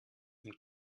mit